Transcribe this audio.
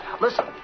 Listen